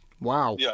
Wow